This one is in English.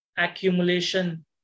accumulation